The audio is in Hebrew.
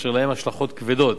אשר להם השלכות כבדות